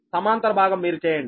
సమాంతర భాగం మీరు చేయండి